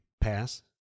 pass